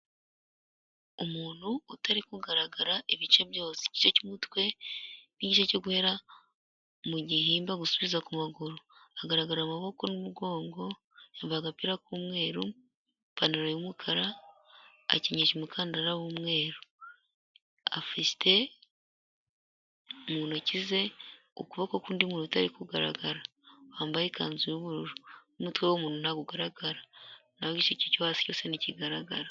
Umuntu utari kugaragara ibice byose, igice cy'umutwe n'igice cyo guhera mu gihimba gusubiza ku maguru hagaragara ama maboko n'umugongo, yambaye agapira k'umweru , ipanantaro y'umukara akenyeje umukandara w'umweru, afite mu ntoki ze ukuboko k'undi muntu utari kugaragara wambaye ikanzu y'ubururu, umutwe w'umuntu ntabwo ugaragara nawe igice cye cyo hasi cyose ntikigaragara.